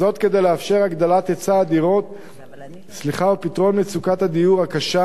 כדי לאפשר הגדלת היצע הדירות ופתרון מצוקת הדיור הקשה,